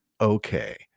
okay